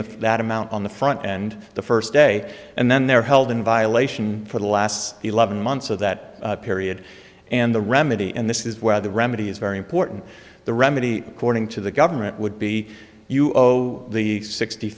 me that amount on the front and the first day and then they're held in violation for the last eleven months of that period and the remedy and this is where the remedy is very important the remedy according to the government would be you owe the sixty